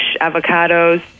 avocados